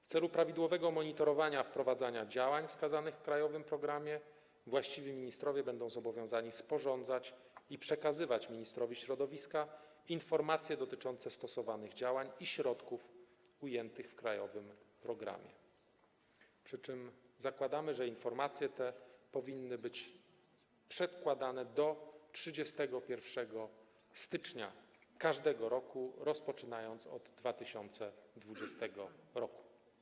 W celu prawidłowego monitorowania wprowadzania działań wskazanych w krajowym programie właściwi ministrowie będą zobowiązani sporządzać i przekazywać ministrowi środowiska informacje dotyczące stosowanych działań i środków ujętych w krajowym programie, przy czym zakładamy, że informacje te powinny być przedkładane do 31 stycznia każdego roku, rozpoczynając od 2020 r.